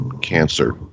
cancer